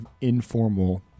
informal